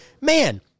man—